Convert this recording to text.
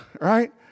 right